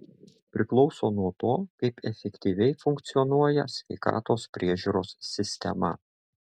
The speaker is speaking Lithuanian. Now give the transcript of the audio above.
priklauso nuo to kaip efektyviai funkcionuoja sveikatos priežiūros sistema